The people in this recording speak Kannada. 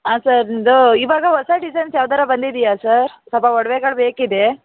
ಹಾಂ ಸರ್ ಇದು ಇವಾಗ ಹೊಸ ಡಿಸೈನ್ಸ್ ಯಾವುದಾರ ಬಂದಿದೆಯಾ ಸರ್ ಸ್ವಲ್ಪ ಒಡ್ವೆಗಳು ಬೇಕಿದೆ